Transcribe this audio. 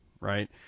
right